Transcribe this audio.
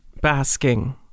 basking